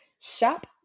shop